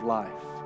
life